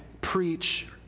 preach